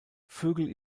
vögel